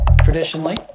traditionally